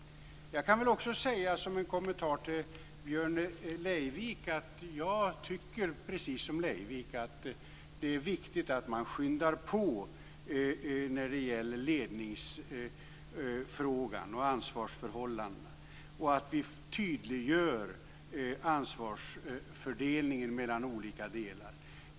Jag kan väl också säga, som en kommentar till Björn Leivik, att jag precis som Leivik tycker att det är viktigt att man skyndar på med ledningsfrågan och ansvarsförhållandena och att vi tydliggör ansvarsfördelningen mellan olika delar.